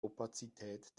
opazität